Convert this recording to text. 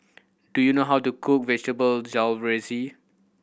do you know how to cook Vegetable Jalfrezi